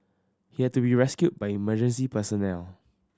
he had to be rescued by emergency personnel